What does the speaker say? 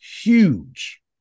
huge